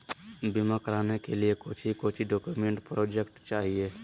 बीमा कराने के लिए कोच्चि कोच्चि डॉक्यूमेंट प्रोजेक्ट चाहिए?